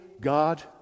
God